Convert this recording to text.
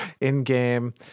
In-game